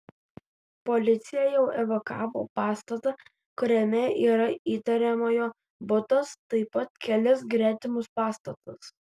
policija jau evakavo pastatą kuriame yra įtariamojo butas taip pat kelis gretimus pastatus